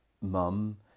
mum